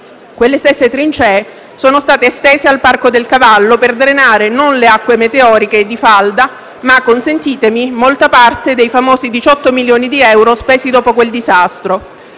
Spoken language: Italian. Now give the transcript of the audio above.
quelle stesse trincee sono state estese al Parco del Cavallo per drenare non le acque meteoriche e di falda ma - consentitemi - molta parte dei famosi 18 milioni di euro spesi dopo quel disastro.